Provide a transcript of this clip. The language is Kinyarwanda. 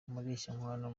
mureshyankwano